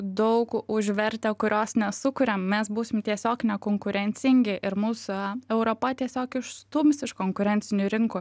daug užvertę kurios nesukuriam mes būsim tiesiog nekonkurencingi ir mūsų europa tiesiog išstums iš konkurencinių rinkų